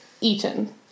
eaten